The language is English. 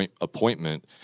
appointment